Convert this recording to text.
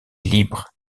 libre